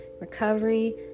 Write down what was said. recovery